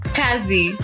kazi